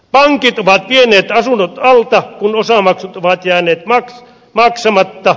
pankit ovat vieneet asunnot alta kun osamaksut ovat jääneet maksamatta